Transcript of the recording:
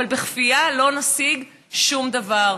אבל בכפייה לא נשיג שום דבר.